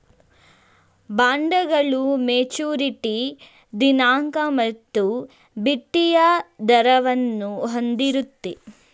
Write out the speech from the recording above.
ಬಾಂಡ್ಗಳು ಮೆಚುರಿಟಿ ದಿನಾಂಕ ಮತ್ತು ಬಡ್ಡಿಯ ದರವನ್ನು ಹೊಂದಿರುತ್ತೆ